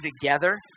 together